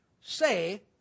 say